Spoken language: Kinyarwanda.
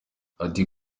ati